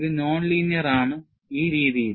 ഇത് non linear ആണ് ഈ രീതിയിൽ